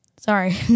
Sorry